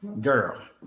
Girl